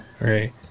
Right